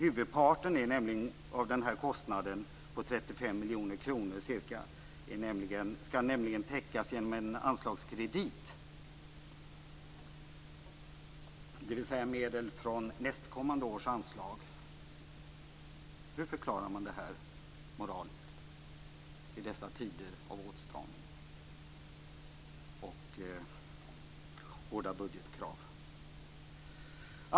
Huvudparten av den här kostnaden på ca 35 miljoner kronor skall nämligen täckas genom en anslagskredit, dvs. medel från nästkommande års anslag. Hur förklarar man detta moraliskt i dessa tider av åtstramning och hårda budgetkrav?